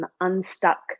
unstuck